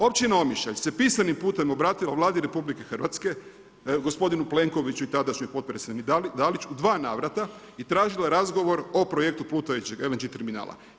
Općina Omišalj se pisanim putem obratila Vladi RH gospodinu Plenkoviću i tadašnjoj potpredsjednici Dalić u dva navrata i tražila razgovor o projektu plutajućeg LNG terminala.